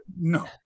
No